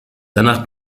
danach